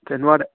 ते नुहाड़े